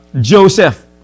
Joseph